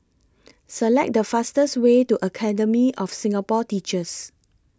Select The fastest Way to Academy of Singapore Teachers